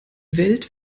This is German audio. welt